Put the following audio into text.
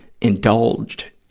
indulged